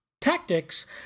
tactics